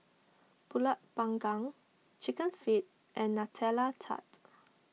Pulut Panggang Chicken Feet and Nutella Tart